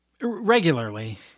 regularly